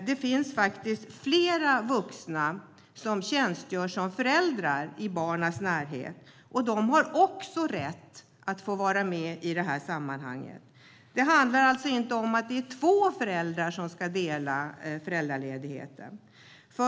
Det finns faktiskt fler vuxna i barnens närhet som tjänstgör som föräldrar. De har också rätt att vara med i sammanhanget. Det handlar alltså inte om att det är två föräldrar som ska dela på föräldraledigheten.